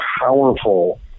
powerful